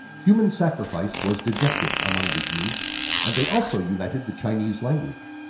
human sacrifice was dejected among the zhou and they also united the chinese language.